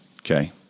okay